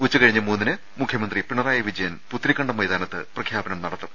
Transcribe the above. ഉച്ചകഴിഞ്ഞ് മൂന്നിന് മുഖ്യമന്ത്രി പിണറായി വിജയൻ പുത്തരിക്കണ്ടം മൈതാനത്ത് പ്രഖ്യാപനം നടത്തും